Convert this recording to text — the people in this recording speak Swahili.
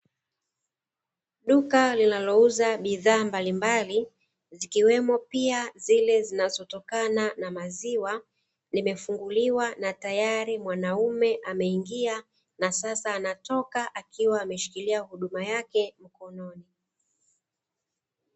Duka linalouza bidhaa mbalimbali zikiwemo pia zile zinazotokana na maziwa, limefunguliwa na tayari mwanume ameingia na sasa anatoka akiwa ameshikilia huduma yake mkononi.